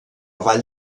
vall